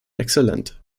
exzellent